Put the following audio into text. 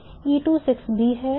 E2 6B है